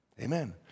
Amen